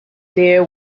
there